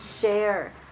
share